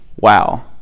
Wow